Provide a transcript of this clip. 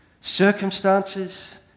circumstances